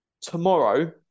tomorrow